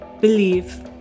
believe